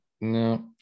no